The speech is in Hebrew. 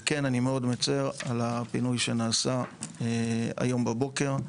וכן אני מאוד מצר על הפינוי שנעשה היום בבוקר,